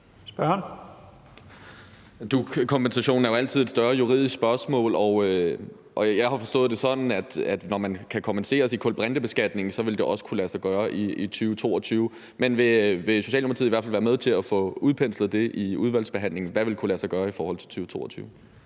(SF): DUC-kompensationen er jo altid et større juridisk spørgsmål, og jeg har forstået det sådan, at når man kan kompenseres i kulbrintebeskatningen, vil det også kunne lade sig gøre i 2022. Men vil Socialdemokratiet i hvert fald være med til at få udpenslet det i udvalgsbehandlingen? Hvad vil kunne lade sig gøre i forhold til 2022?